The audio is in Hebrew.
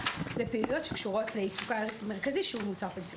לפעילויות שקשורות לעיסוק המרכזי שהוא מוצר פנסיוני.